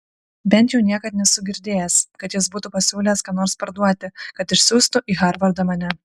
bent jau niekad nesu girdėjęs kad jis būtų pasiūlęs ką nors parduoti kad išsiųstų į harvardą mane